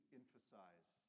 emphasize